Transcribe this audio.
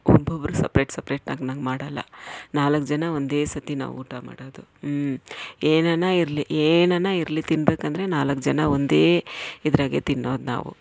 ಒಬ್ಬೊಬ್ರು separate separate ಆಗಿ ನಂಗೆ ಮಾಡೋಲ್ಲ ನಾಲ್ಕು ಜನ ಒಂದೇ ಸತಿ ನಾವು ಊಟ ಮಾಡೋದು ಹ್ಞೂ ಏನಾನ ಇರಲಿ ಏನಾನ ಇರಲಿ ತಿನಬೇಕೆಂದ್ರೆ ನಾಲ್ಕು ಜನ ಒಂದೇ ಇದ್ರಾಗೆ ತಿನ್ನೋದು ನಾವು